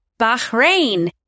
Bahrain